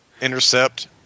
intercept